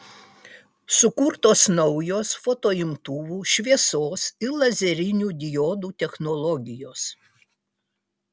sukurtos naujos fotoimtuvų šviesos ir lazerinių diodų technologijos